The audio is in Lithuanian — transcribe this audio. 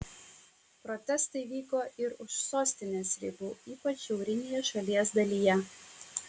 protestai vyko ir už sostinės ribų ypač šiaurinėje šalies dalyje